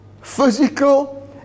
physical